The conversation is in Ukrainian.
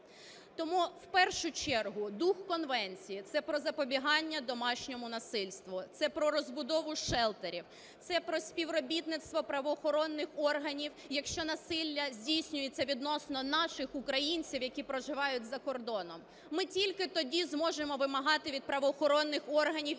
Тому в першу чергу дух конвенції - це про запобігання домашньому насильству, це про розбудову шелтерів, це про співробітництво правоохоронних органів, якщо насилля здійснюється відносно наших українців, які проживають за кордоном. Ми тільки тоді зможемо вимагати від правоохоронних органів